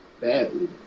badly